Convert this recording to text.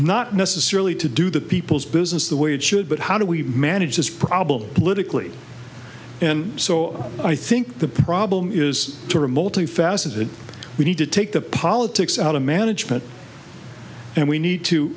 not necessarily to do the people's business the way it should but how do we manage this problem politically and so i think the problem is to remotely faceted we need to take the politics out of management and we need to